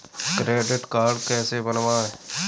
Credit card कैसे बनवाएँ?